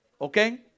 Okay